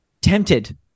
Tempted